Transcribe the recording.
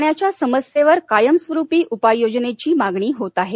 पाण्याच्या समस्येवर कायमस्वरूपी उपाययोजनेची मागणी होत आहे